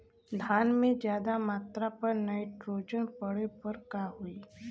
धान में ज्यादा मात्रा पर नाइट्रोजन पड़े पर का होई?